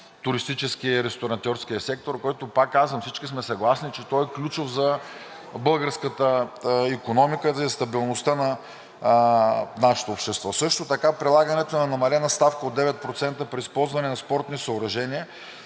туристическия и ресторантьорския сектор, който пак казвам, че всички са съгласни, че той е ключов за българската икономика, за стабилността на нашето общество. Също така прилагането на намалена ставка от 9% при ползване на спортни съоръжения